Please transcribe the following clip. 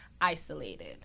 isolated